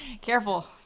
Careful